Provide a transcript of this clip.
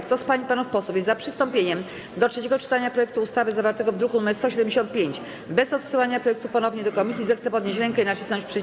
Kto z pań i panów posłów jest za przystąpieniem do trzeciego czytania projektu ustawy zawartego w druku nr 175 bez odsyłania projektu ponownie do komisji, zechce podnieść rękę i nacisnąć przycisk.